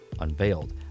unveiled